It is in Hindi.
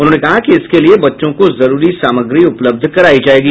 उन्होंने कहा कि इसके लिये बच्चों को जरूरी सामग्री उपलब्ध करायी जायेगी